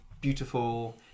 beautiful